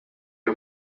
y’u